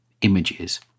images